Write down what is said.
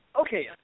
Okay